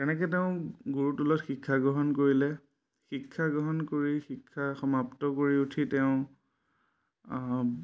তেনেকৈ তেওঁ গুৰুৰ টোলত শিক্ষাগ্ৰহণ কৰিলে শিক্ষাগ্ৰহণ কৰি শিক্ষা সমাপ্ত কৰি উঠি তেওঁ